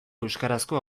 euskarazko